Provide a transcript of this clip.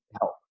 help